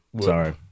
Sorry